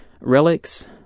Relics